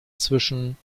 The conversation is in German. zwischen